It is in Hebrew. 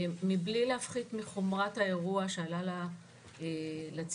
מבלי להפחית מחומרת האירוע שעלה בציבור